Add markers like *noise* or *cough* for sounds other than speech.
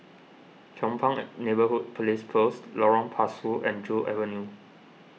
Chong Pang *unintelligible* Neighbourhood Police Post Lorong Pasu and Joo Avenue